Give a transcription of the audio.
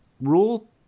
rule